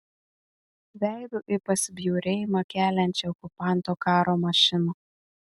veidu į pasibjaurėjimą keliančią okupanto karo mašiną